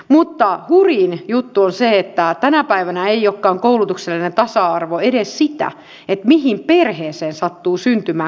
hurjin juttu on se että tänä päivänä ei olekaan koulutuksellinen tasa arvo edes sitä mihin perheeseen sattuu syntymään